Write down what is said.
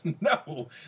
No